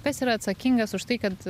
kas yra atsakingas už tai kad